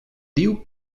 diu